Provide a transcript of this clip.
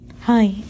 Hi